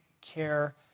care